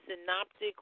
synoptic